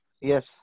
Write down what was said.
Yes